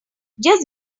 just